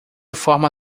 forma